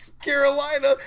Carolina